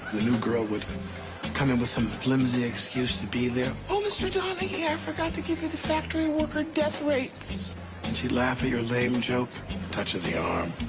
the new girl would come in with some flimsy excuse to be there oh, mr. donaghy, i forgot to give you the factory worker death rates then and she'd laugh at your lame joke, a touch of the arm.